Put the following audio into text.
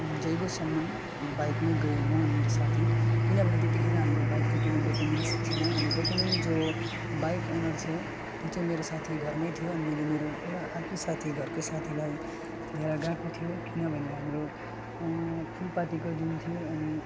जयगाउँसम्मन् हामी बाइकमै गयो म अनि मेरो साथी किनभने त्यतिखेर हाम्रो बाइकको कुनै डकुमेन्ट्स थिएन अनि डकुमेन्ट जो बाइक अनर थियो त्यो चाहिँ मेरो साथी घरमै थियो अनि मैले मेरो एउटा आर्कै साथी घरकै साथीलाई लिएर गएको थियो किनभने हाम्रो फुलपातीको दिन थियो अनि